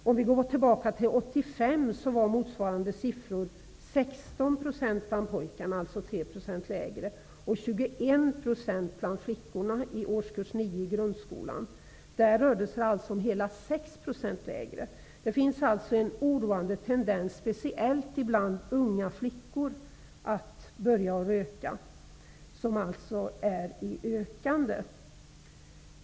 Om vi går tillbaka till 1985 finner vi att motsvarande siffror i årskurs 9 i grundskolan var 16 % bland pojkarna, alltså 3 % lägre, och 21 % bland flickorna, dvs. hela 6 % lägre. Det finns således en oroande tendens att speciellt unga flickor börjar röka, en tendens som är i ökande.